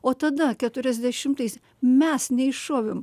o tada keturiasdešimtais mes neiššovėm